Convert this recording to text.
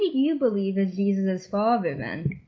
you believe is jesus as fatherland?